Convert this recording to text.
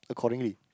accordingly